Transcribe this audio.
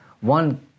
One